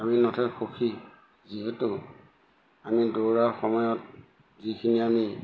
আমি নথৈ সুখী যিহেতু আমি দৌৰা সময়ত যিখিনি আমি